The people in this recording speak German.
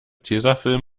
tesafilm